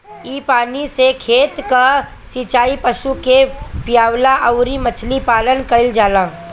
इ पानी से खेत कअ सिचाई, पशु के पियवला अउरी मछरी पालन कईल जाला